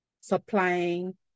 supplying